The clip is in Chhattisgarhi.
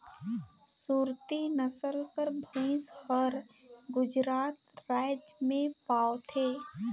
सुरती नसल कर भंइस हर गुजरात राएज में पवाथे